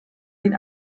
den